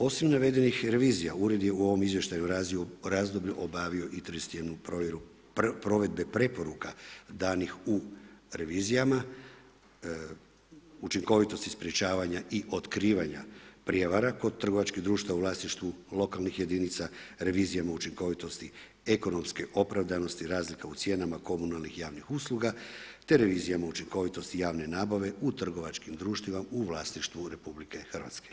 Osim navedeni revizija, Ured je u ovom izvještajnom razdoblju obavio i 31 provjeru provedbe preporuka danih u revizijama, učinkovitosti sprječavanja i otkrivanja prijevara kod trgovačkih društava u vlasništvu lokalnih jedinica revizijama učinkovitosti ekonomske opravdanosti razlika u cijenama komunalnih javnih usluga, te revizijama učinkovitosti javne nabave u trgovačkim društvima u vlasništvu RH.